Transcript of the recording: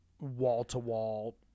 wall-to-wall